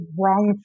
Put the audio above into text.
wrong